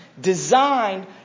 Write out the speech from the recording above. designed